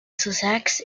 sussex